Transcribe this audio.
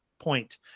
point